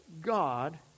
god